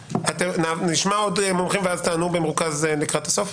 נשמע עוד מומחים ותענו במרוכז לקראת הסוף.